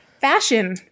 Fashion